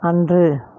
அன்று